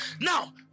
Now